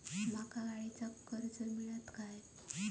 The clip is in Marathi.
माका गाडीचा कर्ज मिळात काय?